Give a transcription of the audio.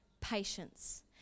Patience